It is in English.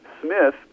Smith